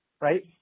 right